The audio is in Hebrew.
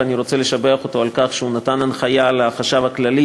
ואני רוצה לשבח אותו על כך שהוא נתן הנחיה לחשב הכללי